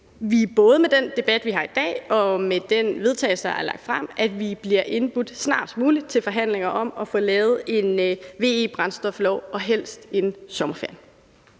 at vi både med den debat, vi har i dag, og med det forslag til vedtagelse, der er lagt frem, bliver indbudt snarest muligt til forhandlinger om at få lavet en VE-brændstoflov – og helst inden sommerferien.